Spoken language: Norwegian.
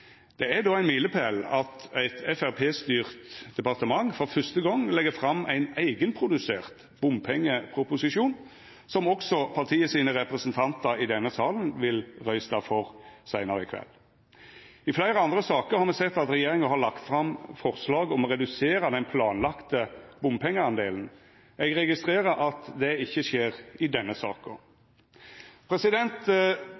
Det er ein milepæl at eit framstegspartistyrt departement for fyrste gong legg fram ein eigenprodusert bompengeproposisjon, som også partiets representantar i denne salen vil røysta for seinare i kveld. I fleire andre saker har me sett at regjeringa har lagt fram forslag om å redusera den planlagde bompengedelen. Eg registrerer at det ikkje skjer i denne